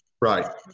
Right